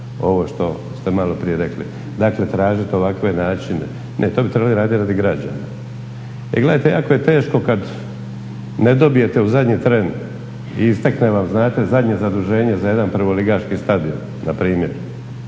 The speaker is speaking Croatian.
ovo što ste malo prije rekli. Dakle, tražiti ovakve načine. Ne, to bi trebali raditi radi građana. Jer gledajte jako je teško kad ne dobijete u zadnji tren i istekne vam znate zadnje zaduženje za jedan prvoligaški stadion na primjer